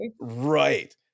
right